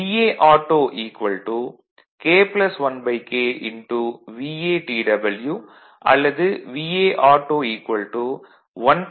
auto K 1K TW அல்லது auto 1 1K TW